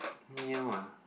new ah